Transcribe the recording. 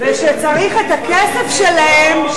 וכשצריך את הכסף שלהם,